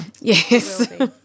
Yes